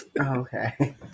Okay